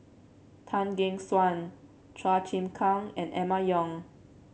Tan Gek Suan Chua Chim Kang and Emma Yong